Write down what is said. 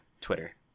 Twitter